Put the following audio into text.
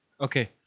Okay